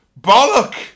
Bollock